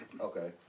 Okay